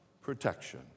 protection